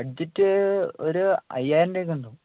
budget ഒരു അയ്യായിരം രൂപയൊക്കെയുണ്ടാകും